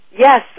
Yes